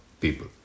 people